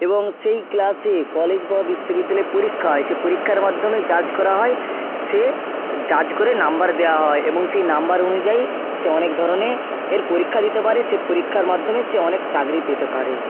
এবং সেই ক্লাসে কলেজ বা বিশ্ববিদ্যালয়ে পরীক্ষা হয় সে পরীক্ষার মাধ্যমে জাজ করা হয় সে জাজ করে নাম্বার দেওয়া হয় এবং সেই নাম্বার অনুযায়ী সে অনেক ধরনে এর পরীক্ষা দিতে পারে সে পরীক্ষার মাধ্যমে সে অনেক চাকরি পেতে পারে